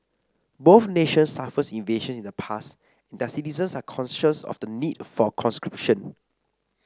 both nations suffered invasions in the past and their citizens are conscious of the need for conscription